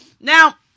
Now